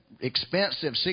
Expensive